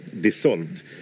dissolved